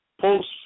post